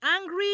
angry